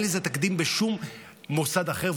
אין לזה תקדים בשום מוסד אחר,